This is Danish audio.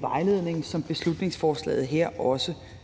vejledning, som beslutningsforslaget her også kredser